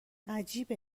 عجیبه